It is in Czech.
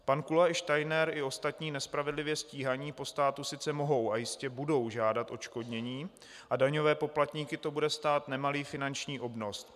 Pan Kula i Steiner i ostatní nespravedlivě stíhaní po státu sice mohou a jistě budou žádat odškodnění a daňové poplatníky to bude stát nemalý finanční obnos.